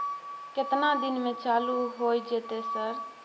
केतना दिन में चालू होय जेतै सर?